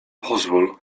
pozwól